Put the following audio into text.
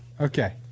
Okay